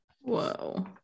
Whoa